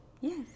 yes